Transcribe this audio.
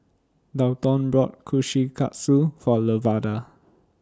Dalton bought Kushikatsu For Lavada